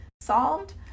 solved